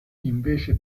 invece